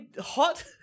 hot